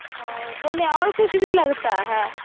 वह बोले और कुछ भी लगता है